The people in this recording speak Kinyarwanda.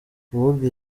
kuvuga